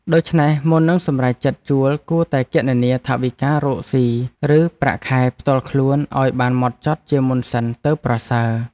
ដូច្នេះមុននឹងសម្រេចចិត្តជួលគួរតែគណនាថវិការកស៊ីឬប្រាក់ខែផ្ទាល់ខ្លួនឱ្យបានហ្មត់ចត់ជាមុនសិនទើបប្រសើរ។